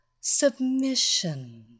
Submission